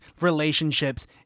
relationships